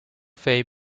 fame